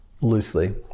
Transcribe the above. loosely